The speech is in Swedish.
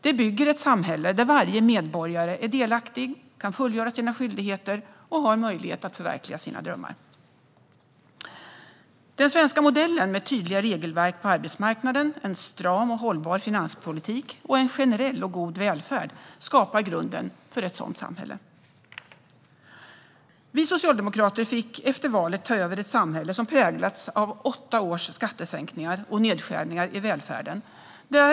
Det bygger ett samhälle där varje medborgare är delaktig, kan fullgöra sina skyldigheter och har möjlighet att förverkliga sina drömmar. Den svenska modellen med tydliga regelverk på arbetsmarknaden, en stram och hållbar finanspolitik och en generell och god välfärd skapar grunden för ett sådant samhälle. Vi socialdemokrater fick efter valet ta över ett samhälle som präglats av åtta års skattesänkningar och nedskärningar i välfärden.